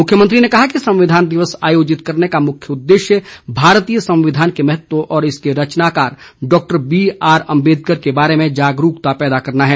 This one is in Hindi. मुख्यमंत्री ने कहा कि संविधान दिवस आयोजित करने का उद्देश्य भारतीय संविधान के महत्व और इसके रचनाकार डॉक्टर बीआर अम्बेदकर के बारे में जागरूकता पैदा करना है